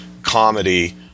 comedy